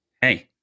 hey